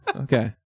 okay